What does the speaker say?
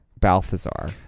Balthazar